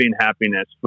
happiness